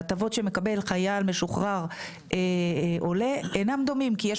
ההטבות שמקבל חייל משוחרר עולה אינם דומים כי יש